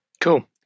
Cool